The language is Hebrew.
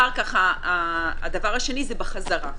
הדבר השני זה בחזרה.